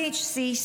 THC,